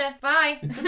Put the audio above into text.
Bye